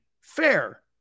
Fair